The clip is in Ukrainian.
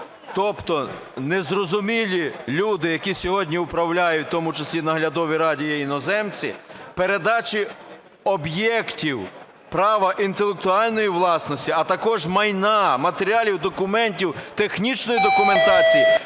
Тобто незрозумілі люди, які сьогодні управляють – у тому числі в наглядовій раді є іноземні – передачею об'єктів права інтелектуальної власності, а також майна, матеріалів, документів, технічної документації